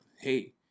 hey